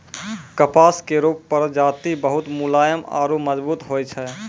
कपास केरो प्रजाति बहुत मुलायम आरु मजबूत होय छै